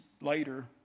later